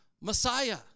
Messiah